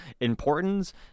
importance